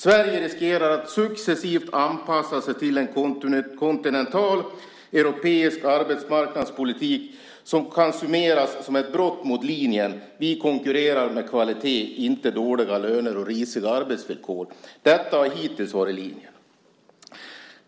Sverige riskerar att successivt anpassa sig till en kontinental, europeisk arbetsmarknadspolitik som kan summeras som ett brott mot linjen att vi konkurrerar med kvalitet, inte med dåliga löner och risiga arbetsvillkor. Detta har hittills varit linjen.